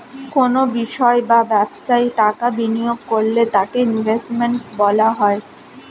কোনো বিষয় বা ব্যবসায় টাকা বিনিয়োগ করলে তাকে ইনভেস্টমেন্ট বলা হয়